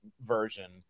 version